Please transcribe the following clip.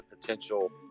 potential